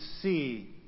see